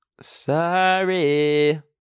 Sorry